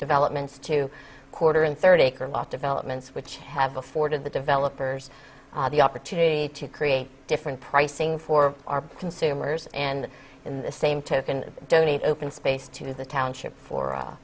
developments to quarter and thirty developments which have afforded the developers the opportunity to create different pricing for our consumers and in the same token donate open space to the township for